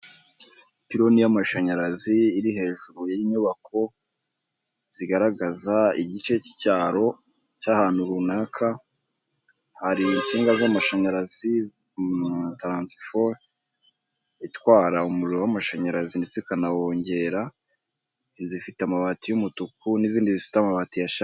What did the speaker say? Ipironi y'amashanyarazi iri hejuru y'inyubako zigaragaza igice cy'icyaro cy'ahantu runaka hari insinga z'amashanyarazi taransifo itwara umuriro w'amashanyarazi ndetse ikanawongera inzu ifite amabati y'umutuku n'izindi zifite amabati yashaje.